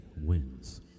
wins